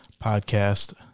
podcast